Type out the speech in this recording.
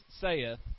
saith